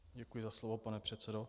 Děkuji za slovo pane předsedo.